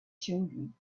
children